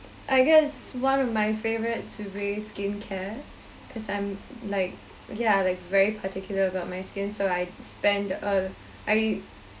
I guess one of my favorites skincare cause I'm like ya like very particular about my skin so I spend a I